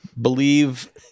Believe